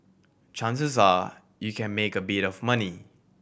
chances are you can make a bit of money